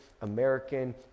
American